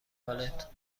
حالت